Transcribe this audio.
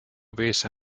visa